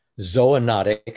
zoonotic